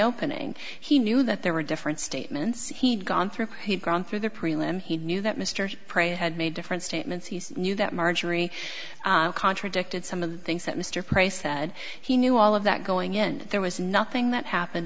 opening he knew that there were different statements he'd gone through he'd gone through the prelim he knew that mr prey had made different statements he knew that marjorie contradicted some of the things that mr price said he knew all of that going in there was nothing that happened